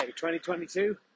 2022